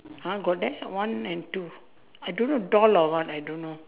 !huh! got there one and two I don't know doll or what I don't know